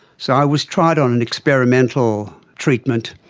so i was tried on an experimental treatment,